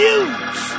use